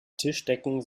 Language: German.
tischdecken